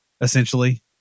essentially